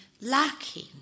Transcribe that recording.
lacking